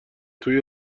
توی